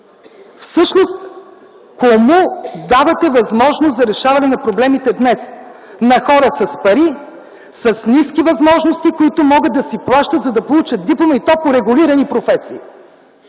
Всъщност кому давате възможност за решаване на проблемите днес – на хора с пари, с ниски възможности, които могат да си плащат, за да получат диплома, и то по регулирани професии?